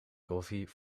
koffie